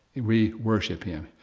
we worship him,